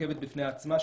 מורכבת בפני עצמה,